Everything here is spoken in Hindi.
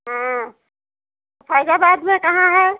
हाँ फैजाबाद में कहाँ है